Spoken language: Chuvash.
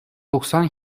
тухсан